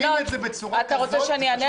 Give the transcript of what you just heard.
חלק